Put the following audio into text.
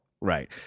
Right